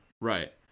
Right